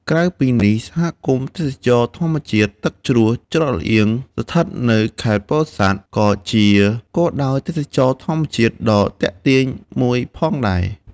ក្រៅពីនេះ សហគមន៍ទេសចរណ៍ធម្មជាតិទឹកជ្រោះច្រកល្អៀង ស្ថិតនៅខេត្តពោធិ៍សាត់ ក៏ជាគោលដៅទេសចរណ៍ធម្មជាតិដ៏ទាក់ទាញមួយផងដែរ។